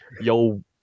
yo